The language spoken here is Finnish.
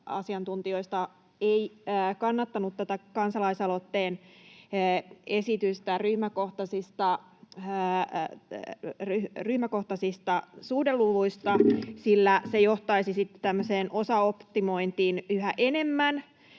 asiantuntijoista ei kannattanut tätä kansalaisaloitteen esitystä ryhmäkohtaisista suhdeluvuista, sillä se johtaisi sitten tämmöiseen osaoptimointiin yhä enemmän,